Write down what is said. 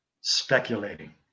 Speculating